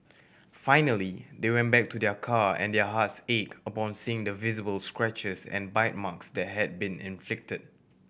finally they went back to their car and their hearts ache upon seeing the visible scratches and bite marks that had been inflicted